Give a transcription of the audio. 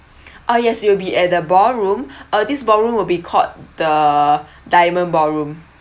oh yes you will be at the ballroom uh this ballroom will be called the diamond ballroom